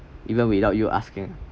even without you asking